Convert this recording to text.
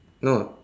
no